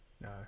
No